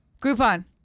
Groupon